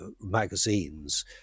magazines